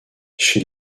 chez